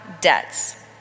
debts